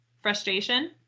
frustration